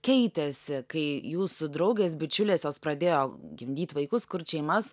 keitėsi kai jūsų draugės bičiulės jos pradėjo gimdyt vaikus kurt šeimas